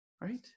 right